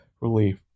relief